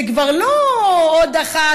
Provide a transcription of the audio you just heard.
זה כבר לא עוד אחת,